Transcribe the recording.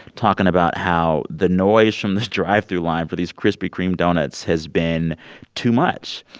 talking about how the noise from the drive-through line for these krispy kreme doughnuts has been too much